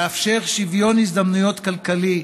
לאפשר שוויון הזדמנויות כלכלי,